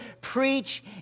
preach